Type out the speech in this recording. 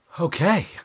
Okay